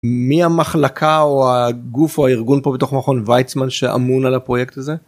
מי המחלקה או הגוף או הארגון פה בתוך מכון ויצמן שאמון על הפרויקט הזה.